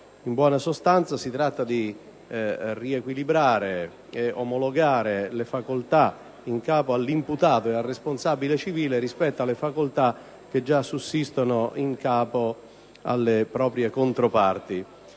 Si tratta, sostanzialmente, di riequilibrare ed omologare le facoltà in capo all'imputato e al responsabile civile rispetto alle facoltà che già sussistono in capo alle proprie controparti.